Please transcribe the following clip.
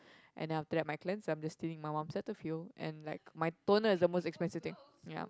and then after that my cleanser I'm just stealing my mum's Cetaphil and like my toner is the most expensive thing ya